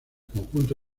conjunto